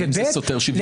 שנית,